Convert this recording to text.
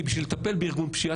כי בשביל לטפל בארגון פשיעה,